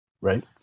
right